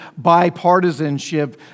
bipartisanship